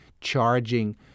charging